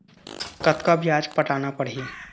कतका ब्याज पटाना पड़ही?